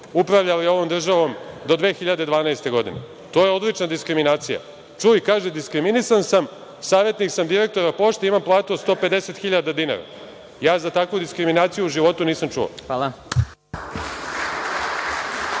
upravljali ovom državom do 2012. godine. To je odlična diskriminacija. Čuj, kaže diskriminisan sam, savetnik sam direktora Pošte, imam platu od 150.000 dinara. Ja za takvu diskriminaciju u životu nisam čuo.